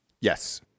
yes